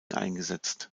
eingesetzt